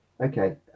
Okay